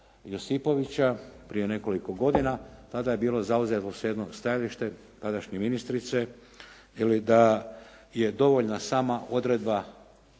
Josipovića prije nekoliko godina. Tada je bilo zauzeto … /Govornik se ne razumije./ … stajalište tadašnje ministrice da je dovoljna sama odredba